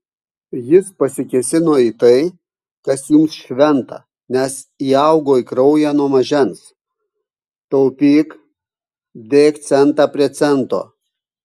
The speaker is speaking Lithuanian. jis pasikėsino į tai kas jums šventa nes įaugo į kraują nuo mažens taupyk dėk centą prie cento